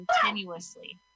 continuously